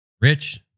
Rich